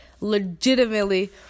legitimately